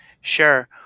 Sure